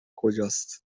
کجاست